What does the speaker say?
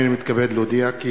הנני מתכבד להודיעכם,